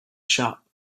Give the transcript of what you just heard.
shop